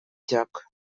joc